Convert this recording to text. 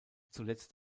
zuletzt